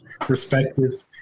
perspective